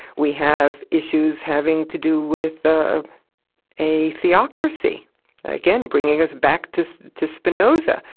we have issues having to do with ah a theocracy again, bringing us back to to spinoza.